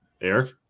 Eric